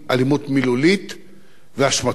אלימות מילולית והשמצות,